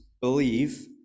believe